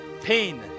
pain